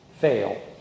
fail